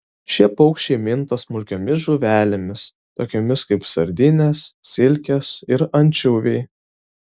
šie paukščiai minta smulkiomis žuvelėmis tokiomis kaip sardinės silkės ir ančiuviai